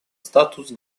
статус